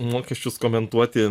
mokesčius komentuoti